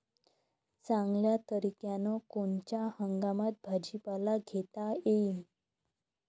चांगल्या तरीक्यानं कोनच्या हंगामात भाजीपाला घेता येईन?